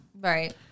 Right